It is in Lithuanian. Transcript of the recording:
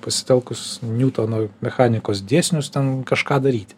pasitelkus niutono mechanikos dėsnius ten kažką daryti